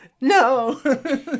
no